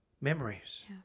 Memories